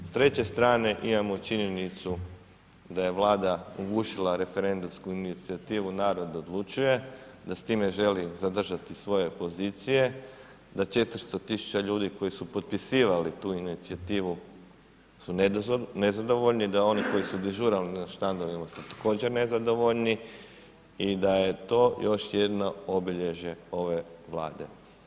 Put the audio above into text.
S treće strane imamo činjenicu da vlada ugušila referendumsku inicijativu Narod odlučuje, da s time želi zadržati svoje pozicije, da 400 tisuća ljudi koji su potpisivali tu inicijativu, su nezadovoljni, da oni koji su dežurali na štandovima su također nezadovoljni i da je to još jedno obilježe ove vlade.